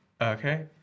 Okay